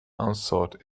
unsought